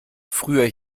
früher